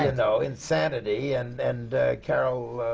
you know, insanity, and and carol